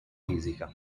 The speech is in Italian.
fisica